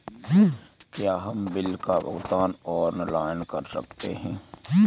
क्या हम बिल का भुगतान ऑनलाइन कर सकते हैं?